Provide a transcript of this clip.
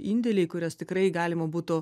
indėliai kuriuos tikrai galima būtų